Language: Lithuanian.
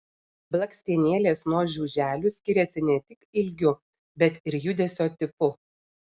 blakstienėlės nuo žiuželių skiriasi ne tik ilgiu bet ir judesio tipu